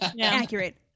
Accurate